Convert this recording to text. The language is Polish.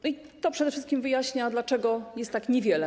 I to przede wszystkim wyjaśnia, dlaczego jest tak niewiele.